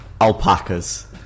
Alpacas